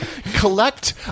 collect